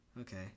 okay